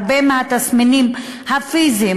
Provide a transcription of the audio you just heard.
הרבה מהתסמינים הפיזיים,